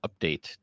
update